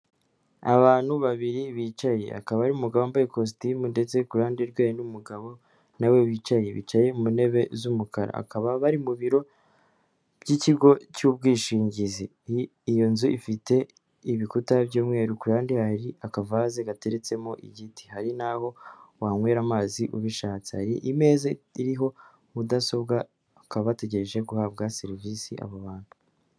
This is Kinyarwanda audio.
Abantu babiri bicaye, akaba ari umugabo wambaye ikositimu ndetse kuhande rwe hari n'umugabo nawe wicaye, bicaye mu ntebe z'umukara, akaba bari mu biro by'ikigo cy'ubwishingizi. Iyo nzu ifite ibikuta by'umweruran hari akavaze gateretsemo igiti, hari n'aho wanywera amazi ubishatse, hari imeza iriho mudasobwa bakaba bategereje guhabwa serivise abo bantu.